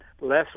less